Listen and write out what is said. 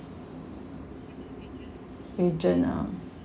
agent ah